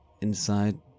inside